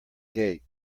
gate